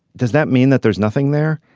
does that mean that there's nothing there.